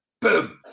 Boom